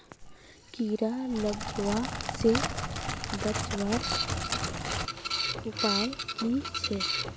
कीड़ा लगवा से बचवार उपाय की छे?